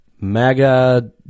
MAGA